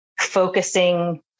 focusing